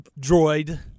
droid